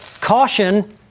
caution